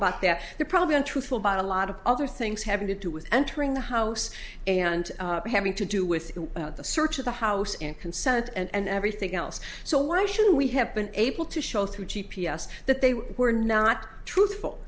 about that they're probably untruthful by a lot of other things having to do with entering the house and having to do with the search of the house and consent and everything else so why should we have been able to show through g p s that they were not truthful